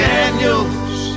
Daniels